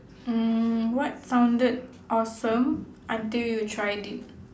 mm what sounded awesome until you tried it